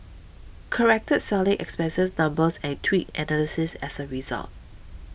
corrected selling expenses numbers and tweaked analyses as a result